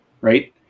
Right